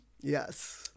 Yes